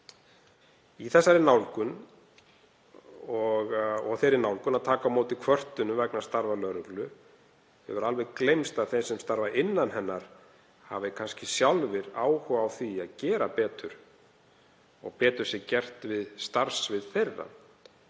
kerfið. Í þeirri nálgun að taka á móti kvörtunum vegna starfa lögreglu hefur alveg gleymst að þeir sem starfa innan hennar hafi kannski sjálfir áhuga á því að gera betur og að betur sé gert við starfssvið þeirra.